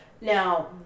Now